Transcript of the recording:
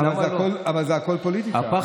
אבל זה הכול פוליטיקה.